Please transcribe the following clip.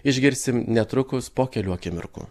išgirsim netrukus po kelių akimirkų